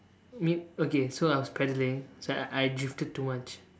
me okay so I was peddling I drifted too much